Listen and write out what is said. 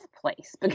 place